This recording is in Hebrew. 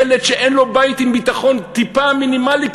ילד שאין לו בית עם ביטחון כלכלי מינימלי,